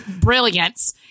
brilliance